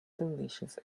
delicious